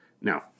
Now